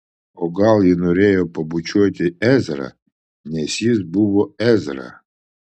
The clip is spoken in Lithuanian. o gal ji norėjo pabučiuoti ezrą nes jis buvo ezra